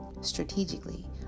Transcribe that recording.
Strategically